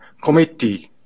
committee